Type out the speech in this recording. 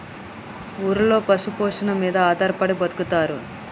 ఊర్లలో పశు పోషణల మీద ఆధారపడి బతుకుతారు